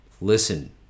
listen